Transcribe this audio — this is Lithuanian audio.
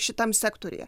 šitam sektoriuje